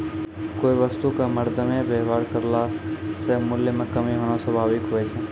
कोय वस्तु क मरदमे वेवहार करला से मूल्य म कमी होना स्वाभाविक हुवै छै